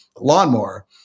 lawnmower